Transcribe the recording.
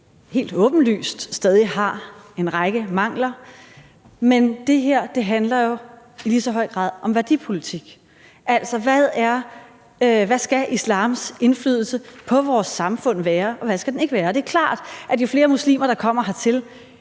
helt åbenlyst stadig har en række mangler, men det her handler jo i lige så høj grad om værdipolitik. Altså, hvad skal islams indflydelse på vores samfund være, og hvad skal den ikke være? Det er klart, at jo flere muslimer der kommer hertil,